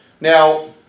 Now